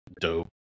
Dope